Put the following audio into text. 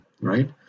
right